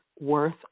worth